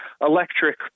electric